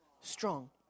strong